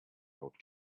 old